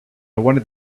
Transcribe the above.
wanted